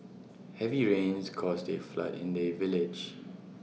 heavy rains caused A flood in the village